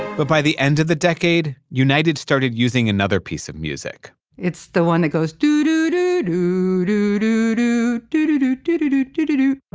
but by the end of the decade, united started using another piece of music it's the one that goes doo-doo-doo-doo doo-doo-doo-doo doo-doo-doo-doo doo-doo-doo-doo doo-doo-doo-doo